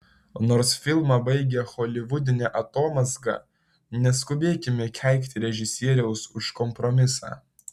nors filmą baigia holivudinė atomazga neskubėkime keikti režisieriaus už kompromisą